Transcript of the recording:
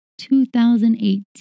2018